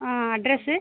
ஆ address